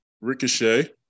Ricochet